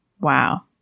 Wow